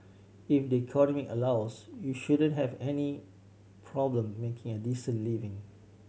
if the economy allows you shouldn't have any problem making a decent living